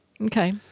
Okay